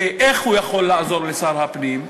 איך הוא יכול לעזור לשר הפנים?